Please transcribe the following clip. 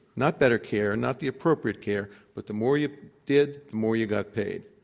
not better care, and not the appropriate care, but the more you did, more you got paid.